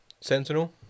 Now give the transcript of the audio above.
Sentinel